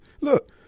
Look